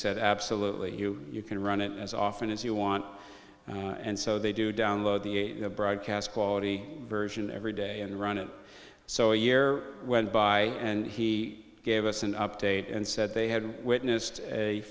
said absolutely you can run it as often as you want and so they do download the broadcast quality version every day and run it so a year went by and he gave us an update and said they had witnessed a